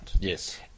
Yes